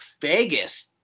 Vegas